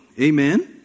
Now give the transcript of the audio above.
Amen